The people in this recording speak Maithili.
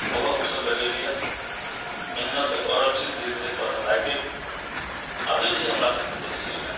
तऽ ओहो हम सभ लगेली है मेहनत तऽ कऽ रहल छी धीरे धीरे पौधा लागि गेल अभी भी हमरा सभके जे है से ओहिमे